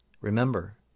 remember